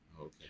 Okay